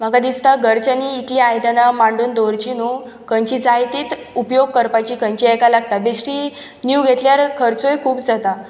म्हाका दिसतां घरच्यांनी इतली आयदना मांडून दवरचीं नू खंयची जाय तींच उपयोग करपाची खंयच्या हेका लागतां बेस्टी न्यू घेतल्यार खर्चूय खूब जाता